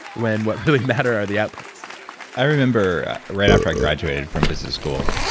when what really matter are the outputs i remember right after i graduated from business school,